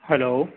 hello